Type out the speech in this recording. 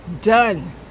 done